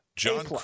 John